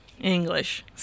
English